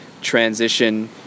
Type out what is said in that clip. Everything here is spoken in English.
transition